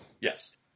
Yes